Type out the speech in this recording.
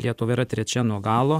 lietuva yra trečia nuo galo